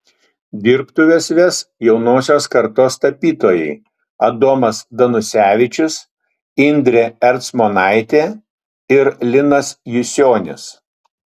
dirbtuves ves jaunosios kartos tapytojai adomas danusevičius indrė ercmonaitė ir linas jusionis